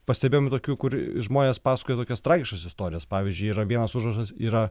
pastebėjom tokių kur žmonės pasakoja tokias tragiškas istorijas pavyzdžiui yra vienas užrašas yra